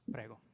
Prego